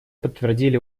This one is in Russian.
подтвердили